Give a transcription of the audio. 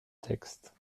texte